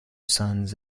sons